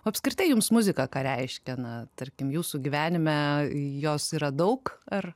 apskritai jums muzika ką reiškia na tarkim jūsų gyvenime jos yra daug ar